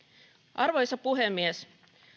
arvoisa puhemies